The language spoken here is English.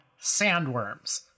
sandworms